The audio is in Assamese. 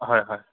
হয় হয়